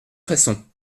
façon